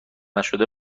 نشده